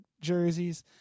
jerseys